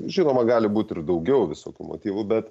žinoma gali būt ir daugiau visokių motyvų bet